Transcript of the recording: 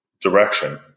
direction